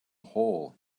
hole